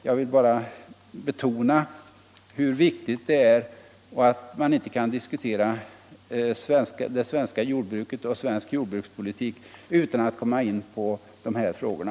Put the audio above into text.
Jag vill bara betona att man inte seriöst kan diskutera det svenska jordbruket och svensk jordbrukspolitik utan att behandla de här frågorna.